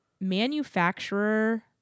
manufacturer